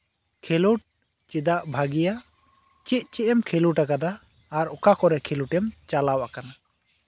ᱠᱷᱮᱞᱚᱸᱰ ᱪᱮᱫᱟᱜ ᱵᱷᱟᱹᱜᱤᱭᱟᱹ ᱪᱮᱫ ᱪᱮᱫ ᱮᱢ ᱠᱷᱮᱞᱚᱸᱰ ᱟᱠᱟᱫᱟ ᱟᱨ ᱚᱠᱟ ᱠᱚᱨᱮ ᱠᱷᱮᱞᱚᱸᱰ ᱮᱢ ᱪᱟᱞᱟᱣ ᱟᱠᱟᱱᱟ